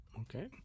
Okay